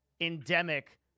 endemic